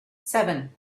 seven